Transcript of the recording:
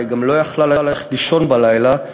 אלא היא גם לא יכלה ללכת לישון בלילה,